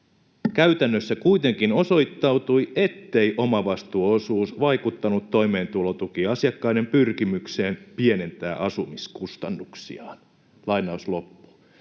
”Käytännössä kuitenkin osoittautui, ettei omavastuuosuus vaikuttanut toimeentulotukiasiakkaiden pyrkimykseen pienentää asumiskustannuksiaan.” Tämä